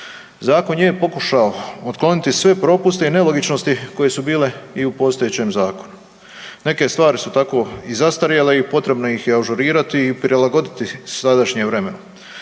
Zakon je pokušao otkloniti sve propuste i nelogičnosti koje su bile i u postojećem zakonu. Neke stvari su tako i zastarjele i potrebno ih je ažurirati i prilagoditi sadašnjem vremenu.